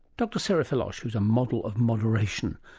dr sara filoche, who is a model of moderation,